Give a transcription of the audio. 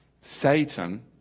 Satan